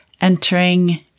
entering